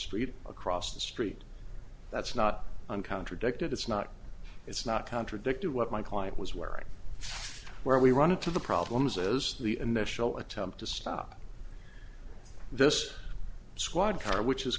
street across the street that's not an contradicted it's not it's not contradicted what my client was wearing where we run into the problems as the initial attempt to stop this squad car which is